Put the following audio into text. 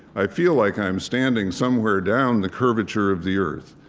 i feel like i'm standing somewhere down the curvature of the earth.